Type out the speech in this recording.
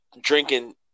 drinking